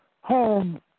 home